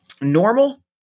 normal